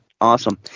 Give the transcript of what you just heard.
Awesome